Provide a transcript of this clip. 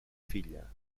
filla